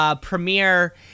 premiere